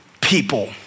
people